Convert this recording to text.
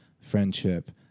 friendship